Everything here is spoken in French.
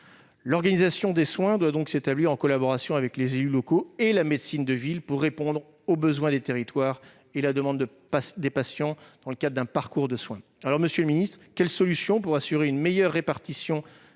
L'organisation des soins doit donc s'établir en collaboration avec les élus locaux et la médecine de ville pour répondre aux besoins des territoires et à la demande des patients dans le cadre d'un parcours de soins. Monsieur le ministre, quelles solutions proposez-vous pour assurer une meilleure répartition